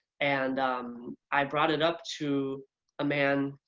and i brought it up to a man.